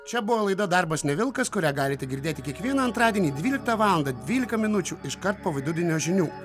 čia buvo laida darbas ne vilkas kurią galite girdėti kiekvieną antradienį dvyliktą valandą dvylika minučių iškart po vidudienio žinių